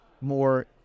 more